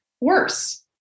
worse